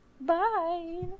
Bye